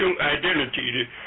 identity